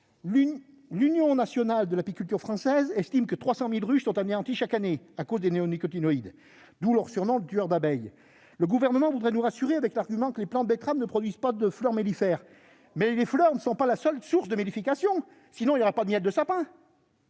L'Union nationale de l'apiculture française, l'UNAF, estime ainsi que 300 000 ruches sont anéanties chaque année à cause des néonicotinoïdes- d'où leur surnom « tueurs d'abeilles ». Pour nous rassurer, le Gouvernement avance que les plants de betteraves ne produisent pas de fleurs mellifères. Mais les fleurs ne sont pas la seule source de mellification, sinon il n'y aurait pas de miel de sapin